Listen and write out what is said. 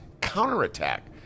counterattack